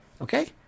Okay